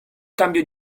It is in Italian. cambio